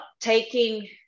taking